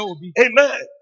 Amen